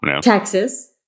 Texas